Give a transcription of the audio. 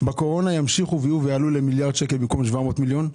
בקורונה ימשיכו ויהיו ויעלו למיליארד שקל במקום 700 מיליון שקל,